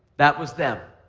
that was them.